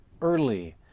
early